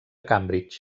cambridge